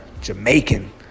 jamaican